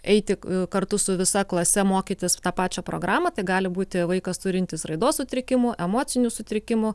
eiti kartu su visa klase mokytis tą pačią programą tai gali būti vaikas turintis raidos sutrikimų emocinių sutrikimų